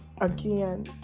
again